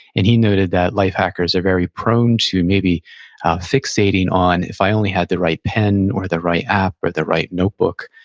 and he noted that life hackers are very prone to maybe fixating on, if i only had the right pen, or the right app, or the right notebook,